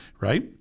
right